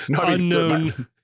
unknown